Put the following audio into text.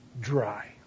dry